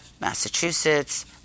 Massachusetts